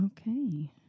Okay